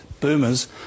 Boomers